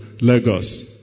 Lagos